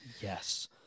Yes